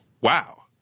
Wow